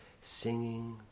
singing